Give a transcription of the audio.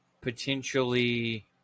potentially